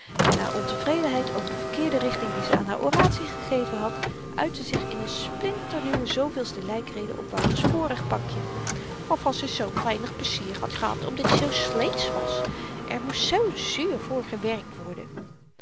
en haar ontevredenheid over de verkeerde richting die ze aan haar oratie gegeven had uitte zich in n splinternieuwe zooveelste lykrede op wouters vorig pakje waarvan ze zoo weinig pleizier had gehad omdat i zoo sleetsch was er moest zoo zuur voor gewerkt worden